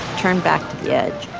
turn back to the edge,